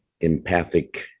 empathic